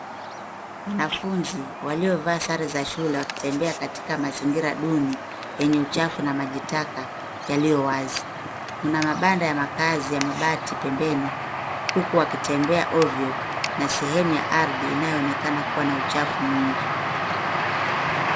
Wanafunzi walio vaa sare za shule wakitembea katika mazingira duni yenye uchafu na maji taka yaliyo wazi. Kuna mabanda ya makazi ya mabati pembeni, uku wakitembea ovyo na sehemu ya ardhi inayoonekana kuwa na uchafu mwingi.